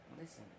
listen